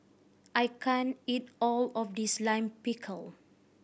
I can't eat all of this Lime Pickle